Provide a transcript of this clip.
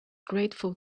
grateful